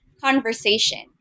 conversation